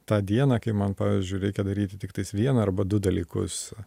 tą dieną kai man pavyzdžiui reikia daryti tiktais vieną arba du dalykus